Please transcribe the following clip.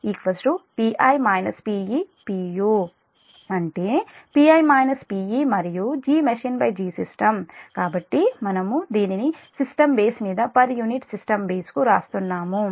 అంటే Pi -Pe మరియుGmachineGsystem కాబట్టి మనము దీనిని సిస్టమ్ బేస్ మీద పర్ యూనిట్ సిస్టం బేస్ కు వ్రాస్తున్నాము